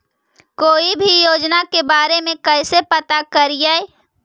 कोई भी योजना के बारे में कैसे पता करिए?